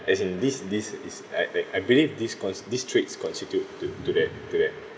as in this this is like like I believe this cons~ these traits constitute to to that to that